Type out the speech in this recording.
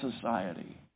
society